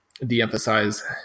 de-emphasize